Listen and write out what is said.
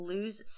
Lose